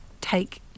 take